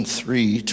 three